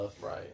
Right